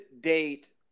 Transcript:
date